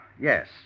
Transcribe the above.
yes